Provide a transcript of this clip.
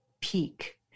peak